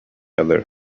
other